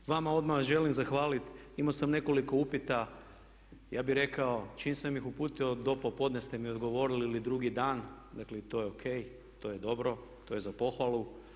Vama odmah želim zahvaliti, imao sam nekoliko upita ja bih rekao čim sam ih uputio do popodne ste mi odgovorili ili drugi dan, dakle to je ok, to je dobro, to je za pohvalu.